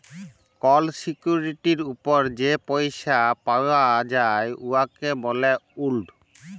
call সিকিউরিটির উপর যে পইসা পাউয়া যায় উয়াকে ব্যলে ইল্ড